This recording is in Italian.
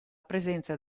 presenza